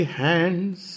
hands